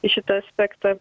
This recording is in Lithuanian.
į šitą aspektą